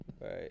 right